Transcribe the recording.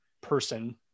person